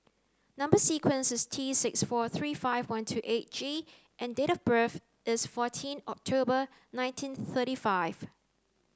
number sequence is T six four three five one two eight G and date of birth is fourteen October nineteen thirty five